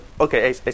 okay